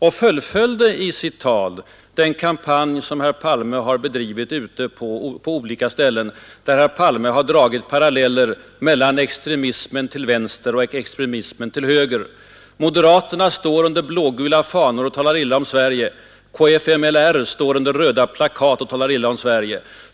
Herr Palme fullföljde i sitt tal den kampanj han bedrivit på olika ställen där han dragit paralleller mellan extremism till vänster och extremism till höger ”moderaterna står under blågula fanor och talar illa om Sverige, och kfmli står under röda plakat och talar illa om Sverige”.